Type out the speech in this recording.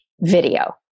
video